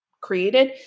created